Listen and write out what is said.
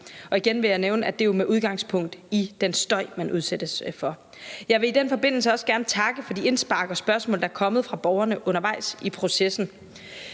Jeg vil igen nævne, at det jo er med udgangspunkt i den støj, man udsættes for. Jeg vil i den forbindelse også gerne takke for de indspark og spørgsmål, der er kommet fra borgerne undervejs i processen.